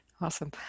Awesome